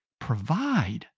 provide